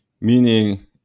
meaning